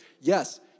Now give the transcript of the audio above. yes